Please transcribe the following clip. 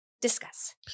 Discuss